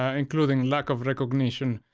ah including lack of recognition.